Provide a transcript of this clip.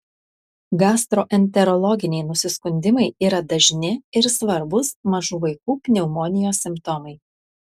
gastroenterologiniai nusiskundimai yra dažni ir svarbūs mažų vaikų pneumonijos simptomai